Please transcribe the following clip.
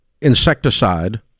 insecticide